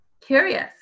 curious